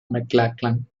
mclachlan